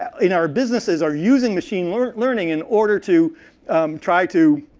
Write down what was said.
in our businesses are using machine learning learning in order to try to